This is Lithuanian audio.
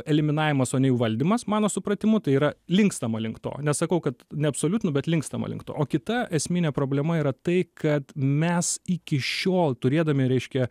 eliminavimas o ne jų valdymas mano supratimu tai yra linkstama link to nesakau kad neabsoliutinu bet linkstama link to o kita esminė problema yra tai kad mes iki šiol turėdami reiškia